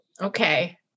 okay